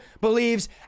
believes